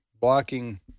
blocking